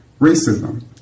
racism